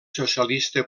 socialista